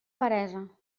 peresa